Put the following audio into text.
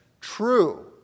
true